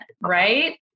right